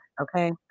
okay